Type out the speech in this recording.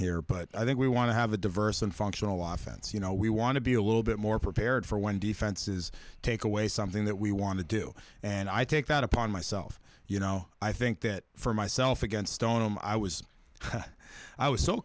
here but i think we want to have a diverse and functional law fence you know we want to be a little bit more prepared for when defenses take away something that we want to do and i take that upon myself you know i think that for myself against stone and i was i was so